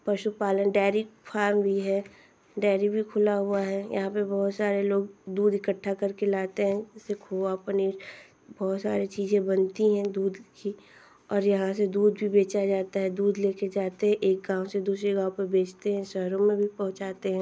पशु पालन dairy farm भी है डेयरी भी खुला हुआ है यहाँ पर बहुत सारे लोग दूध इकट्ठा कर के लाते हैं जिस से खोवा पनीर बहुत सारे चीज़ें बनती हैं दूध की और यहाँ से दूध भी बेचा जाता है दूध ले कर जाते हैं एक गाँव से दूसरी गाँव पर बेचते हैं शहरों में भी पहुँचाते हैं